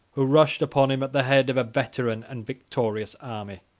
who rushed upon him at the head of a veteran and victorious army.